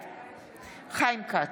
בעד חיים כץ,